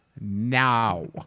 now